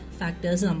factors